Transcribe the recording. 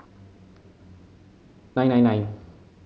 nine nine nine